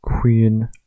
Queen